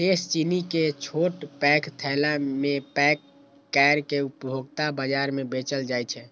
शेष चीनी कें छोट पैघ थैला मे पैक कैर के उपभोक्ता बाजार मे बेचल जाइ छै